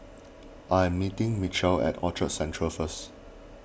I am meeting Mitchel at Orchard Central first